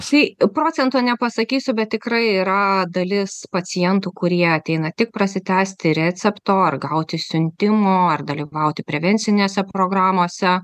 tai procento nepasakysiu bet tikrai yra dalis pacientų kurie ateina tik prasitęsti recepto ar gauti siuntimo ar dalyvauti prevencinėse programose